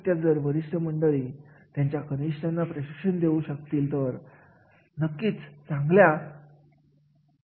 जर पाचव्या पातळीचे ज्ञान गरजेचे असेल तर असे कार्य खूप उच्च पातळीवर मूल्यांकन करण्यात यावे